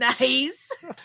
Nice